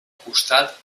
costat